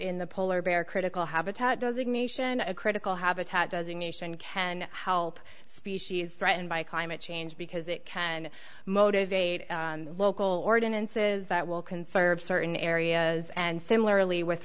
in the polar bear critical habitat does ignition a critical habitat does a nation can help species threatened by climate change because it can motivate local ordinances that will conserve certain areas and similarly with